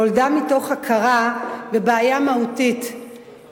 נולדה מתוך הכרה בבעיה מהותית,